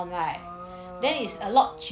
oh